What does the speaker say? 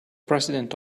president